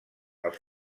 els